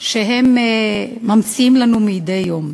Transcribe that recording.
שהם ממציאים לנו מדי יום.